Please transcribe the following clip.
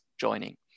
joining